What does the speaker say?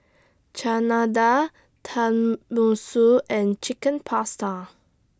Chana Dal Tenmusu and Chicken Pasta